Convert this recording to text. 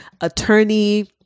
attorney